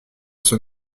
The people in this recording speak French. son